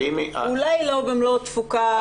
אולי לא במלוא התפוקה,